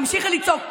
תמשיכי לצעוק.